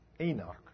Enoch